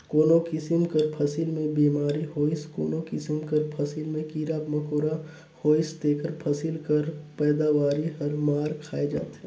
कोनो किसिम कर फसिल में बेमारी होइस कोनो किसिम कर फसिल में कीरा मकोरा होइस तेकर फसिल कर पएदावारी हर मार खाए जाथे